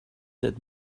that